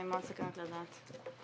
אני מאוד סקרנית לדעת.